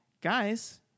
Guys